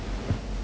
ya lor